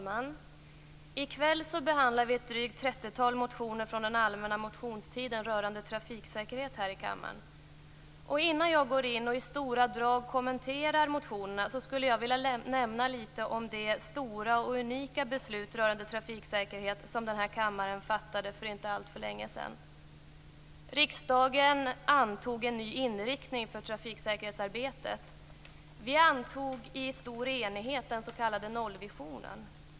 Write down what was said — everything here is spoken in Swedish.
Fru talman! I kväll behandlar vi här i kammaren ett drygt trettiotal motioner från den allmänna motionstiden rörande trafiksäkerhet. Innan jag går in och i stora drag kommenterar motionerna skulle jag vilja nämna litet om det stora och unika beslut rörande trafiksäkerhet som den här kammaren fattade för inte alltför länge sedan. Riksdagen antog en ny inriktning för trafiksäkerhetsarbetet. Vi antog i stor enighet den s.k. nollvisionen.